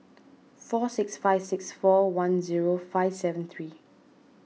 four six five six four one zero five seven three